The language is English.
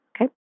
Okay